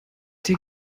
der